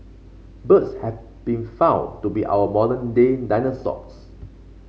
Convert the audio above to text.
birds have been found to be our modern day dinosaurs